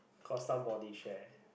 cause somebody share